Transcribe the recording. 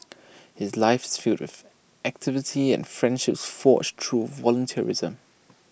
his life is filled with activity and friendships forged through volunteerism